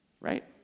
right